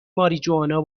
ماریجوانا